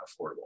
affordable